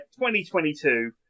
2022